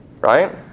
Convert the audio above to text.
Right